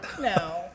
No